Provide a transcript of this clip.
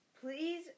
Please